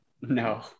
No